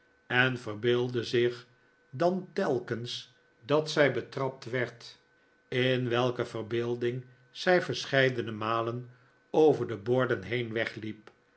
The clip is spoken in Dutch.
en verbeeldde zich dan telkens dat zij betrapt werd in welke verbeelding zij verscheidene malen over de borden heen wegliep